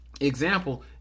example